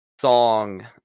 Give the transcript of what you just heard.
song